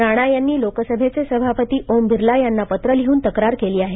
राणा यांनी लोकसभेचे सभापती ओम बिर्ला यांना पत्र लिहून तक्रार केली आहे